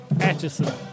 Atchison